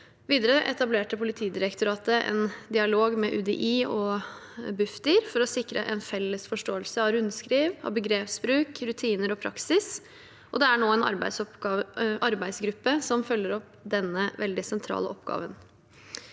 Videre etablerte Politidirektoratet en dialog med UDI og Bufdir for å sikre en felles forståelse av rundskriv, begrepsbruk, rutiner og praksis, og det er nå en arbeidsgruppe som følger opp denne veldig sentrale oppgaven.